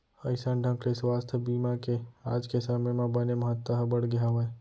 अइसन ढंग ले सुवास्थ बीमा के आज के समे म बने महत्ता ह बढ़गे हावय